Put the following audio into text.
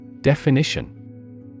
Definition